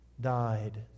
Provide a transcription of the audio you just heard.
died